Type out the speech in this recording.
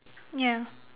ya